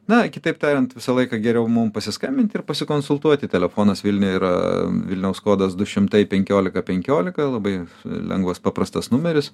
na kitaip tariant visą laiką geriau mum pasiskambint ir pasikonsultuoti telefonas vilniuje yra vilniaus kodas du šimtai penkiolika penkiolika labai lengvas paprastas numeris